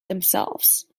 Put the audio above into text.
themselves